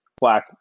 black